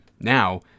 now